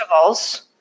vegetables